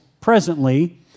presently